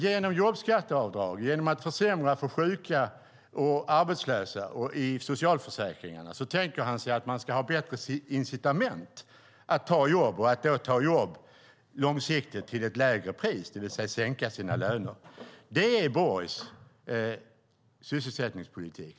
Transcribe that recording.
Genom jobbskatteavdrag, genom att försämra för arbetslösa och sjuka och genom att försämra socialförsäkringarna tänker han sig att man ska ha bättre incitament att ta jobb. Det handlar då om att ta jobb långsiktigt till ett lägre pris, det vill säga sänka sin lön. Det är Borgs sysselsättningspolitik.